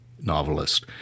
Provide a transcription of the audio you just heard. novelist